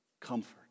Comfort